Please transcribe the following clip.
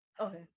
Okay